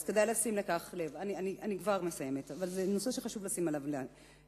אני כבר מסיימת, אבל זה נושא שחשוב לשים אליו לב.